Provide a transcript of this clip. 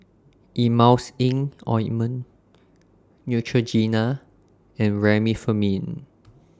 Emulsying Ointment Neutrogena and Remifemin